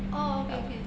orh okay okay